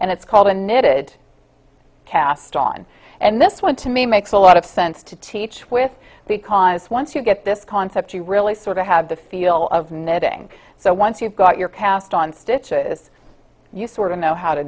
and it's called a knitted cast on and this one to me makes a lot of sense to teach with because once you get this concept you really sort of have the feel of netting so once you've got your cast on stitches you sort of know how to